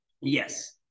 Yes